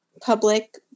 public